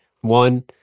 one